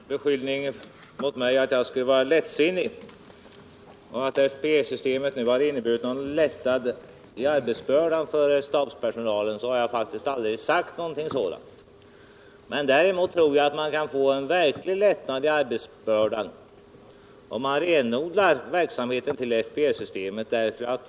Herr talman! Beträffande herr Göranssons beskyllning mot mig att jag skulle vara lättsinnig när jag hävdar att FPE-systemet har inneburit en lättnad i arbetsbördan för stabspersonalen vill jag framhålla att jag faktiskt aldrig har sagt någonting sådant. Däremot tror jag att man kan få en verklig lättnad i arbetsbördan, om man renodlar verksamheten till FPE-systemet.